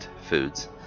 foods